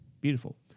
beautiful